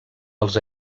els